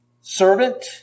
servant